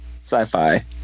sci-fi